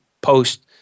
post